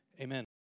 Amen